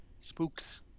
Spooks